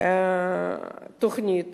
תוכנית